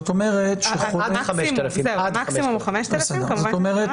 המקסימום הוא 5,000 שקל.